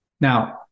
Now